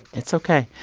it's ok.